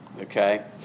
okay